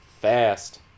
fast